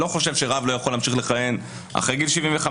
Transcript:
אני לא חושב שרב לא יכול להמשיך לכהן אחרי גיל 75,